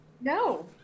No